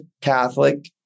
Catholic